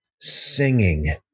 singing